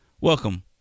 Welcome